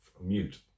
mute